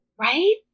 Right